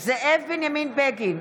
זאב בנימין בגין,